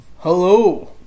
Hello